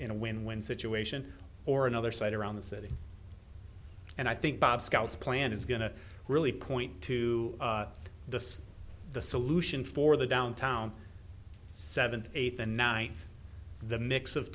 know win win situation or another site around the city and i think bob scout's plan is going to really point to the the solution for the downtown seventh eighth and ninth the mix of